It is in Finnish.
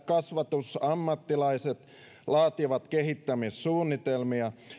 kasvatusammattilaiset laativat kehittämissuunnitelmia